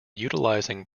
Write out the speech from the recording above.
utilizing